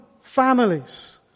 families